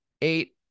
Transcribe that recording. eight